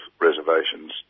reservations